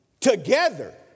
together